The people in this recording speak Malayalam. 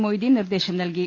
മൊയ്തീൻ നിർദേശം നൽകി